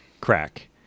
crack